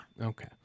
Okay